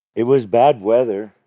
it was bad weather,